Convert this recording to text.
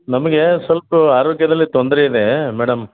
ನಮಗೆ ಸ್ವಲ್ಪ್ ಆರೋಗ್ಯದಲ್ಲಿ ತೊಂದರೆ ಇದೆ ಮೇಡಮ್